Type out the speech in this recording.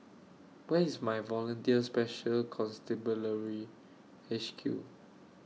Where IS My Volunteer Special Constabulary H Q